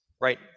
right